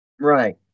right